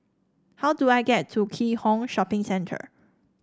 how do I get to Keat Hong Shopping Centre